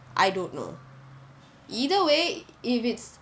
I don't know either way if it's